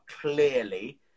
clearly